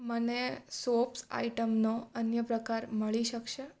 મને સોપ્સ આઇટમનો અન્ય પ્રકાર મળી શકશે